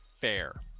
fair